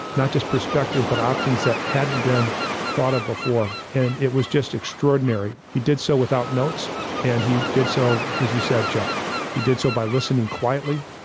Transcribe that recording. not just perspectives, but options that hadn't been thought of before. and it was just extraordinary. he did so without notes, and he did so because you said chuck he did so by listening quietly.